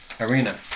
arena